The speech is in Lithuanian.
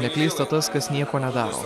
neklysta tas kas nieko nedaro